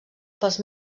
pels